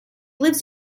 lives